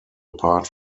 apart